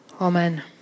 Amen